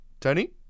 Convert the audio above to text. Tony